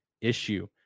issue